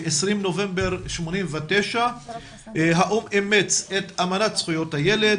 ב-20 בנובמבר 1989 האו"ם אימץ את אמנת זכויות הילד